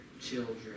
children